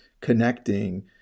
connecting